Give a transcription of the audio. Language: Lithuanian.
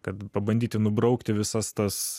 kad pabandyti nubraukti visas tas